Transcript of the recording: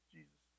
Jesus